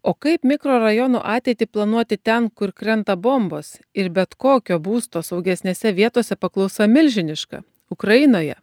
o kaip mikrorajono ateitį planuoti ten kur krenta bombos ir bet kokio būsto saugesnėse vietose paklausa milžiniška ukrainoje